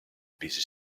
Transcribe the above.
busy